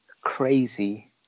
crazy